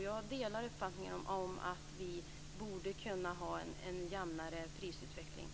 Jag delar uppfattningen att vi borde kunna ha en jämnare prisutveckling.